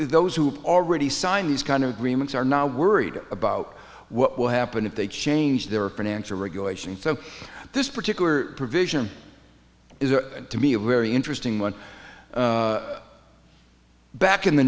those who already signed these kind of agreements are now worried about what will happen if they change their financial regulation so this particular provision is a to me a very interesting one back in the